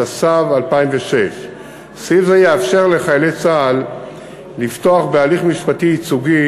התשס"ו 2006. סעיף זה יאפשר לחיילי צה"ל לפתוח בהליך משפטי ייצוגי